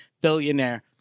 Billionaire